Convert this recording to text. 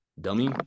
dummy